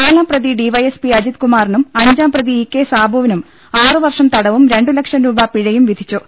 നാലാം പ്രതി D Y S P Ajith കുമാറിനും അഞ്ചാം പ്രതി ഇ കെ സാബുവിനും ആറു വർഷം തടവും രണ്ടു ലക്ഷം രൂപ പിഴയും വിധിച്ചു